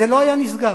לא היה נסגר.